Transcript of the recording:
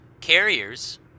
carriers